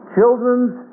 Children's